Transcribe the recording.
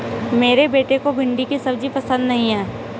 मेरे बेटे को भिंडी की सब्जी पसंद नहीं है